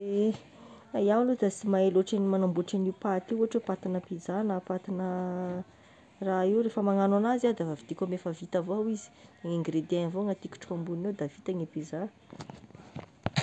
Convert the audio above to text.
Ehe iaho aloha da sy mahay magnamboaty loatry agn'io paty io, na pizza na patina raha io rehefa magnano anazy, de efa vidiko amy efa vita avao izy, ny ingredient avao no apetrako ambogniny eo de vita ny pizza.